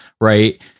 right